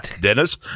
Dennis